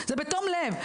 זה בתום לב,